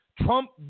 Trump